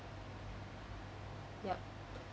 yup